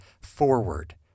forward